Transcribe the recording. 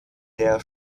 der